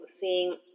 seeing